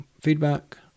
feedback